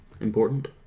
Important